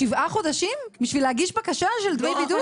שבעה חודשים בשביל להגיש בקשה של דמי בידוד?